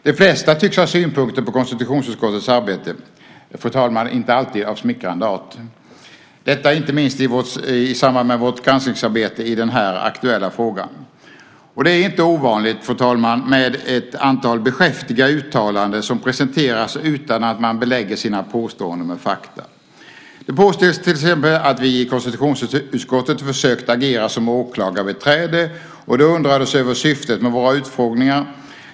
De flesta tycks ha synpunkter på konstitutionsutskottets arbete. De är, fru talman, inte alltid av smickrande art - detta inte minst i samband med vårt granskningsarbete i den aktuella frågan. Det är inte ovanligt, fru talman, med ett antal beskäftiga uttalanden som presenteras utan att man belägger sina påståenden med fakta. Det påstås till exempel att vi i konstitutionsutskottet har försökt agera som "åklagarbiträde" och det undrades över syftet med våra utfrågningar.